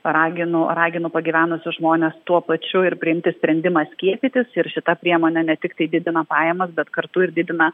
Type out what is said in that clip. raginu raginu pagyvenusius žmones tuo pačiu ir priimti sprendimą skiepytis ir šita priemonė ne tiktai didina pajamas bet kartu ir didina